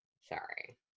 Sorry